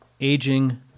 aging